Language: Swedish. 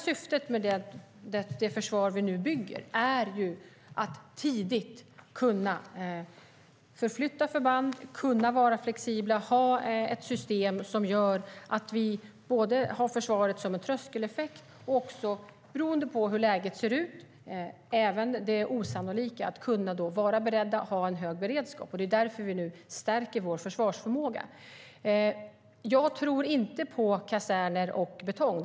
Syftet med det försvar som vi nu bygger upp är ju att tidigt kunna förflytta förband, kunna vara flexibla och ha ett system som gör att vi har försvaret som en tröskeleffekt och också - beroende på hur läget ser ut och även om det osannolika skulle inträffa - vara beredda och ha en hög beredskap. Det är därför som vi nu stärker vår försvarsförmåga. Jag tror inte på kaserner och betong.